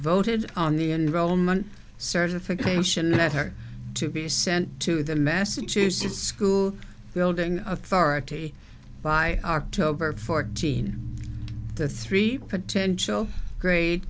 voted on the enrollment certification at her to be sent to the massachusetts school building authority by october fourteenth the three potential grade